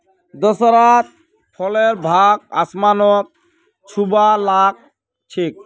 दशहरात फलेर भाव आसमान छूबा ला ग छेक